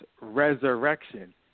resurrection